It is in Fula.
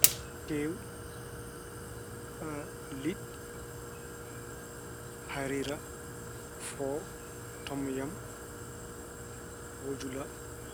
Tewu, liɗɗi, haarira, foo, tomyam, wujula.